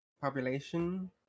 population